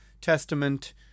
Testament